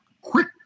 Quick